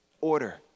order